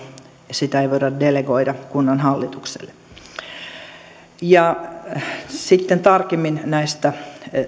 sitä ei voida delegoida kunnanhallitukselle sitten tarkemmin näistä